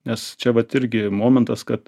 nes čia vat irgi momentas kad